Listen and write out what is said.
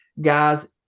Guys